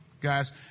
guys